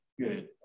Good